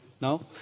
No